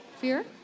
fear